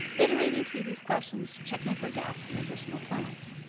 iterating through these questions, checking for gaps in additional plans.